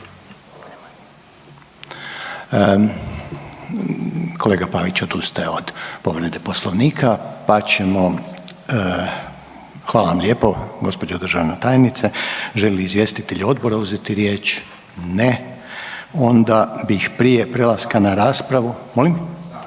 Kolega Pavić odustaje od povrede Poslovnika, pa ćemo, hvala vam lijepo gospođo državna tajnice. Želi li izvjestitelj odbora uzeti riječ? Ne, onda bih prije prelaska na raspravu, molim